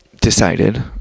decided